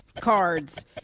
cards